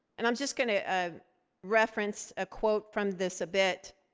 and i'm just gonna ah reference a quote from this a bit.